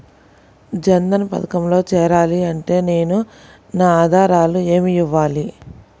జన్ధన్ పథకంలో చేరాలి అంటే నేను నా ఆధారాలు ఏమి ఇవ్వాలి?